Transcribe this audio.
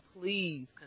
please